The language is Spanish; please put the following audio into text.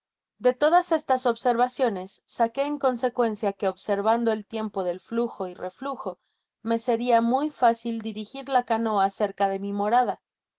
de todas estas observaciones saqué en consecuencia qhe observando el tiempo del flujo y reflujo me seria muy fácil dirigir la canoa cerca de mi morada